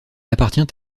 appartient